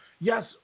Yes